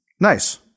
Nice